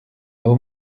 abo